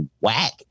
whack